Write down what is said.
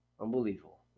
Unbelievable